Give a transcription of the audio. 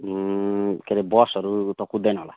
के अरे बसहरू त कुद्दैन होला